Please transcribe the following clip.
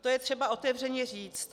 To je třeba otevřeně říct.